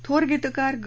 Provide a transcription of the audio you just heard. थोर गीतकार ग